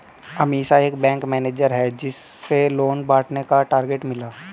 अमीषा एक bank manager है जिसे लोन बांटने का टारगेट मिला